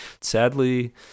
sadly